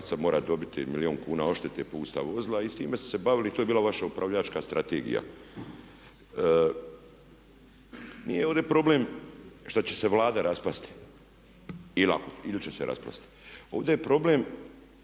sad mora dobiti milijun kuna odštete, pusta vozila i s time ste se bavili, to je bila vaša upravljačka strategija. Nije ovdje problem što će se Vlada raspasti ili će se raspasti, ovdje je problem